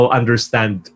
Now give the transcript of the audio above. understand